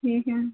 ठीक है